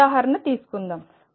ఒక ఉదాహరణ తీసుకుందాం